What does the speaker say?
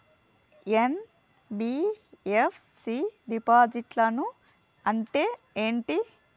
NBFC డిపాజిట్లను అంటే ఏంటి?